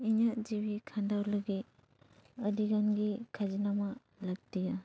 ᱤᱧᱟᱹᱜ ᱡᱤᱣᱤ ᱠᱷᱟᱰᱟᱣ ᱞᱟᱹᱜᱤᱫ ᱟᱹᱰᱤ ᱜᱟᱱ ᱜᱮ ᱠᱷᱟᱡᱽᱱᱟᱢᱟ ᱞᱟᱹᱠᱛᱤᱭᱟ